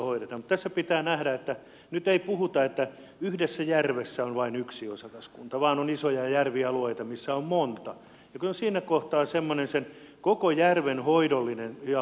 mutta tässä pitää nähdä että nyt ei puhuta että yhdessä järvessä on vain yksi osakaskunta vaan on isoja järvialueita missä on monta ja kyllä siinä kohtaa semmonen se koko järven hoidollinen ja